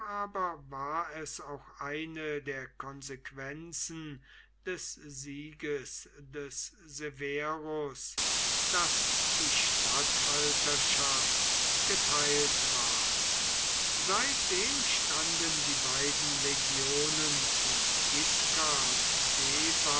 war es auch eine der konsequenzen des sieges des severus daß die statthalterschaft geteilt ward seitdem standen die beiden legionen von isca und